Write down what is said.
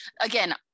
again